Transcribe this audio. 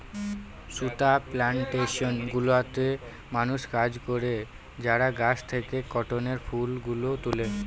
সুতা প্লানটেশন গুলোতে মানুষ কাজ করে যারা গাছ থেকে কটনের ফুল গুলো তুলে